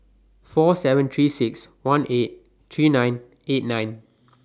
four seven three six one eight three nine eight nine